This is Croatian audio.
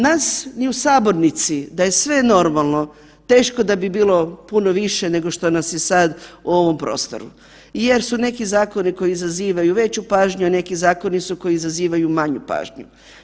Nas ni u sabornici, da je sve normalno teško da bi bilo puno više nego što nas je sad u ovom prostoru jer su neki zakoni koji izazivaju veću pažnju, a neki zakoni su koji izazivaju manju pažnju.